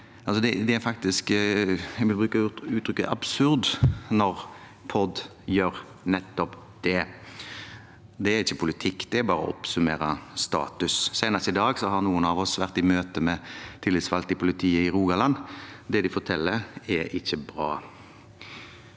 det uttrykket – når POD gjør nettopp det. Det er ikke politikk, det er bare å oppsummere status. Senest i dag har noen av oss vært i møte med tillitsvalgte i politiet i Rogaland. Det de forteller, er ikke bra.